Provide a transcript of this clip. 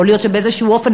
יכול להיות שבאיזשהו אופן,